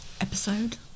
episode